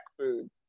food